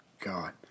God